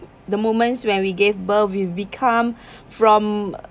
the moments when we gave birth we become from